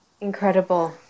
Incredible